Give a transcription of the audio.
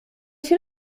się